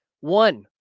One